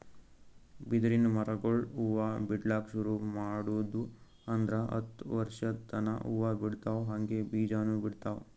ಬಿದಿರಿನ್ ಮರಗೊಳ್ ಹೂವಾ ಬಿಡ್ಲಕ್ ಶುರು ಮಾಡುದ್ವು ಅಂದ್ರ ಹತ್ತ್ ವರ್ಶದ್ ತನಾ ಹೂವಾ ಬಿಡ್ತಾವ್ ಹಂಗೆ ಬೀಜಾನೂ ಬಿಡ್ತಾವ್